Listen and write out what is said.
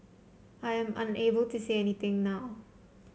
I am unable to say anything now